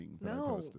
No